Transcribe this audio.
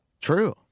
True